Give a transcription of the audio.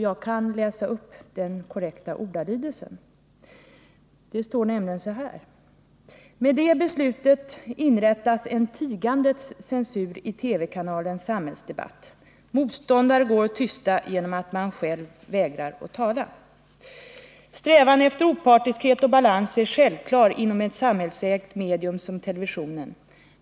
Jag kan läsa upp den korrekta ordalydelsen. Det står så här: ”Med detta beslut inrättar Sam Nilsson en tigande censur i TV-kanalens samhällsdebatt; motståndare går att tysta genom att man själv vägrar tala. Strävan efter opartiskhet och balans är självklar inom ett samhällsägt medium som televisionen.